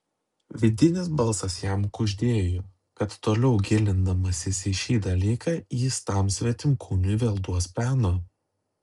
vidinis balsas jam kuždėjo kad toliau gilindamasis į šį dalyką jis tam svetimkūniui vėl duos peno